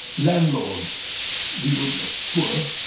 landlords we were poor.